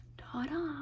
ta-da